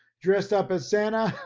dressed up as santa